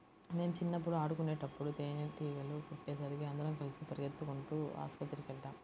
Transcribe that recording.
మేం చిన్నప్పుడు ఆడుకునేటప్పుడు తేనీగలు కుట్టేసరికి అందరం కలిసి పెరిగెత్తుకుంటూ ఆస్పత్రికెళ్ళాం